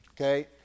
Okay